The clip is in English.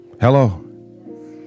Hello